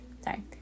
sorry